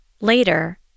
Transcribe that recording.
Later